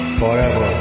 forever